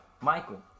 Michael